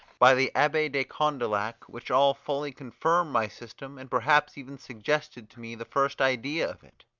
by the abbe de condillac, which all fully confirm my system, and perhaps even suggested to me the first idea of it.